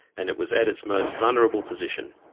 and it was at its most vulnerable position.